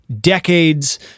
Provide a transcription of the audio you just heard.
decades